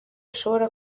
ushobora